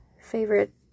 favorite